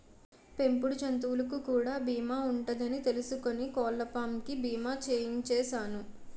పెంపుడు జంతువులకు కూడా బీమా ఉంటదని తెలుసుకుని కోళ్ళపాం కి బీమా చేయించిసేను